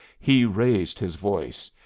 he raised his voice.